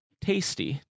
tasty